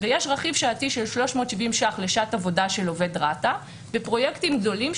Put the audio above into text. ויש רכיב שעתי של 370 שקלים לשעת עבודה של עובד רת"א בפרויקטים גדולים,